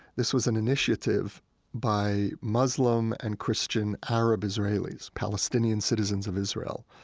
this was an initiative by muslim and christian arab-israelis, palestinian citizens of israeli,